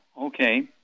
Okay